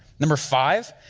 number five,